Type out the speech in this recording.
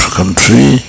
country